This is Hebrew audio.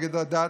נגד הדת.